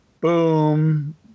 boom